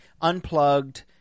unplugged